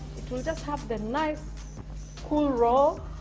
it will just have the nice cool roll.